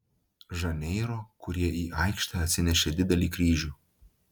žaneiro kurie į aikštę atsinešė didelį kryžių